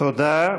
תודה.